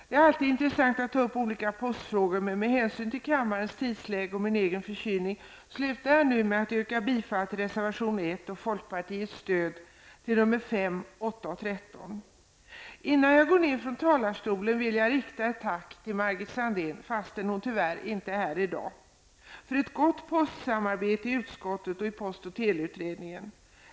Det är alltid intressant att ta upp olika postfrågor, men med hänsyn till kammarens tidsläge och min egen förkylning slutar jag nu med att yrka bifall till reservation 1 och med att uttrycka folkpartiets stöd till reservationerna 5, 8 och 13. Innan jag lämnar talarstolen vill jag rikta ett tack till Margit Sandéhn, trots att hon tyvärr inte är här i dag, för gott postsamarbete i utskottet och i postoch teleutredningen.